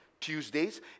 Tuesdays